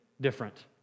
different